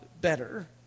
better